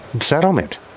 settlement